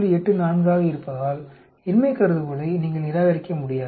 84 ஆக இருப்பதால் இன்மை கருதுகோளை நீங்கள் நிராகரிக்க முடியாது